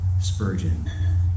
Spurgeon